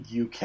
UK